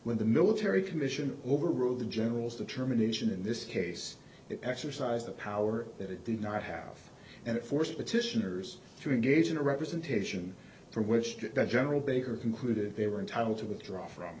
when the military commission overrule the general's determination in this case exercise the power that it did not have and force petitioners to engage in a representation for which the general baker concluded they were entitled to withdraw from